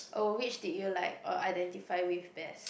oh which did you like or identify with best